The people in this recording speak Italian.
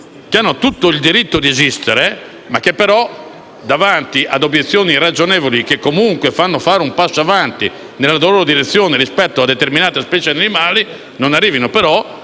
che hanno tutto il diritto di esistere. Tuttavia, davanti ad obiezioni ragionevoli (che comunque fanno fare un passo avanti nella loro direzione rispetto a determinate specie animali), tali